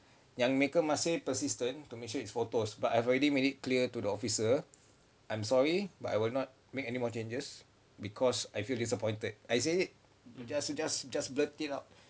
yang mereka masih persistent to make sure it's photos but I've already made it clear to the officer I'm sorry but I will not make any more changes because I feel disappointed I said it just just just blurt it out